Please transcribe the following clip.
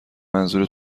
منظور